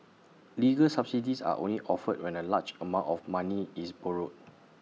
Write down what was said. legal subsidies are only offered when A large amount of money is borrowed